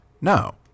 No